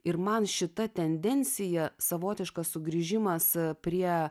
ir man šita tendencija savotiškas sugrįžimas prie